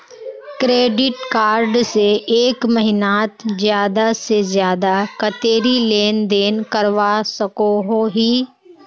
Credit card से एक महीनात ज्यादा से ज्यादा कतेरी लेन देन करवा सकोहो ही?